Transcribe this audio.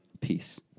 Peace